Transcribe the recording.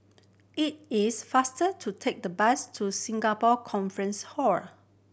it is faster to take the bus to Singapore Conference Hall